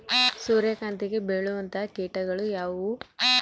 ಸೂರ್ಯಕಾಂತಿಗೆ ಬೇಳುವಂತಹ ಕೇಟಗಳು ಯಾವ್ಯಾವು?